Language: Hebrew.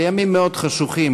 בימים מאוד חשוכים,